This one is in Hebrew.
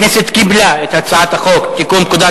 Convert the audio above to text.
הכנסת קיבלה את הצעת החוק לתיקון פקודת